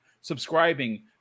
subscribing